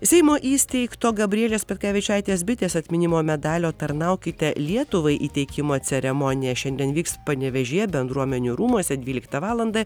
seimo įsteigto gabrielės petkevičaitės bitės atminimo medalio tarnaukite lietuvai įteikimo ceremonija šiandien vyks panevėžyje bendruomenių rūmuose dvyliktą valandą